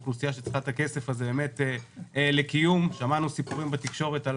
אוכלוסייה שצריכה את הכסף לקיום ושמענו בתקשורת סיפורים